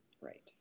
Right